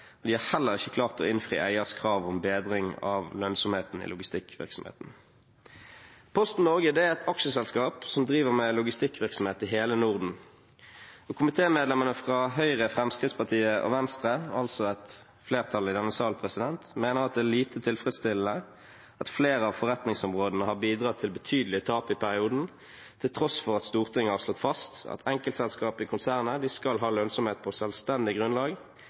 De har heller ikke klart å innfri eierens krav om bedring av lønnsomheten i logistikkvirksomheten. Posten Norge er et aksjeselskap som driver med logistikkvirksomhet i hele Norden. Komitémedlemmene fra Høyre, Fremskrittspartiet og Venstre, altså et flertall i denne salen, mener at det er lite tilfredsstillende at flere av forretningsområdene har bidratt til betydelige tap i perioden, til tross for at Stortinget har slått fast at enkeltselskap i konsernet skal ha lønnsomhet på selvstendig grunnlag